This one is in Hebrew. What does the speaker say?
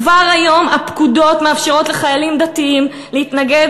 כבר היום הפקודות מאפשרות לחיילים דתיים להתנגד